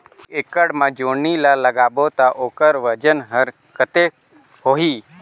एक एकड़ मा जोणी ला लगाबो ता ओकर वजन हर कते होही?